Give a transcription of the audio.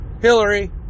Hillary